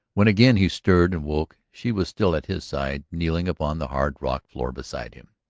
when again he stirred and woke she was still at his side, kneeling upon the hard rock floor beside him.